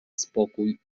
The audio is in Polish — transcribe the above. spokój